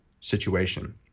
situation